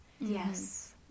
yes